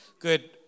Good